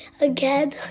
again